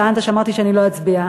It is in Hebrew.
טענת שאמרתי שאני לא אצביע.